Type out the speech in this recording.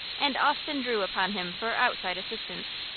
and often drew upon him for outside assistance.